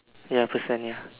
ya percent ya